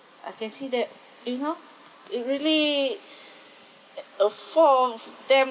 I can see that you know it really uh four of them